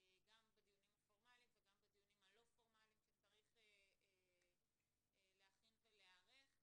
גם בדיונים הפורמליים וגם בדיונים הלא פורמליים כשצריך להכין ולהיערך.